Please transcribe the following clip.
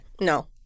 No